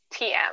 TM